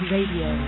Radio